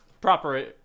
proper